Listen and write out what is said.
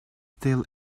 still